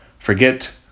Forget